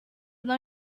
não